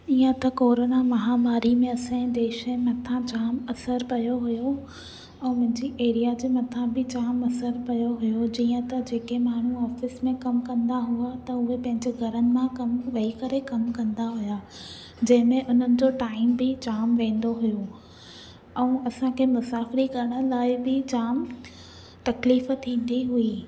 ईअं त कोरोना माहमारीअ में असांजे देश जे मथां जाम असर पियो हुयो ऐं मुंहिंजे एरिया जे मथां बि जाम असर पियो हुयो जीअं त जेके माण्हूं ऑफिस में कमु कंदा हुया त उहे पंहिंजे घरनि मां कमु वेही करे कमु कंदा हुया जंहिं में उन्हनि जो टाइम बि जाम वेंदो हुयो ऐं असांखे मुसाफ़िरी करण लाइ बि जाम तकलीफ़ु थींदी हुई